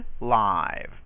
live